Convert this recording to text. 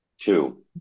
Two